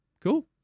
cool